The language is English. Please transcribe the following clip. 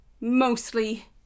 mostly